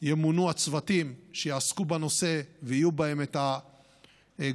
ימונו הצוותים שיעסקו בנושא ויהיו בהם הגורמים